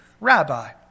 Rabbi